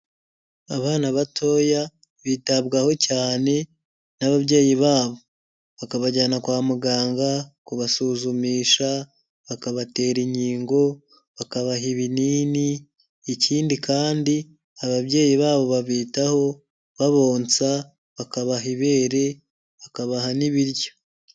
Abana batoya bitabwaho cyane n'ababyeyi babo, bakabajyana kwa muganga kubasuzumisha, bakabatera inkingo, bakabaha ibinini. Ikindi kandi ababyeyi babo babitaho babonsa, bakabaha ibere, bakabaha n'ibiryo.